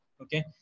Okay